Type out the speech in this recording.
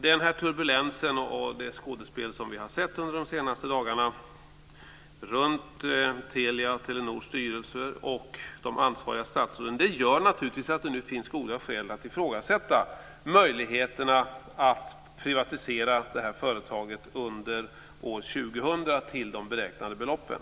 Den här turbulensen och det skådespel som vi har sett under de senaste dagarna runt Telia-Telenors styrelse och de ansvariga statsråden gör naturligtvis att det finns goda skäl att ifrågasätta möjligheterna att privatisera det här företaget under år 2000 till de beräknade beloppen.